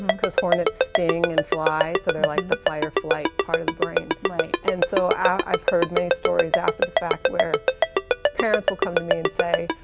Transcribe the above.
cause hornets sting and fly, so they're like the fight or flight part of the brain. and so, i've heard many stories after the fact where parents will come to me and say,